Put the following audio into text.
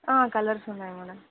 ఆ కలర్స్ ఉన్నాయి మేడమ్